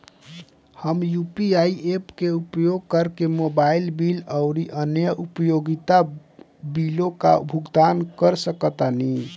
हम UPI apps के उपयोग करके मोबाइल बिल आउर अन्य उपयोगिता बिलों का भुगतान कर सकतानी